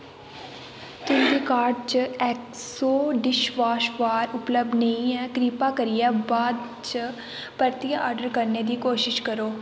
तुं'दी कार्ट च Exo dishwash bar उपलब्ध नेईं ऐ किरपा करियै बा'द इच परतियै आर्डर करने दी कोशश करो